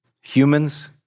Humans